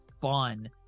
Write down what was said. fun